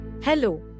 Hello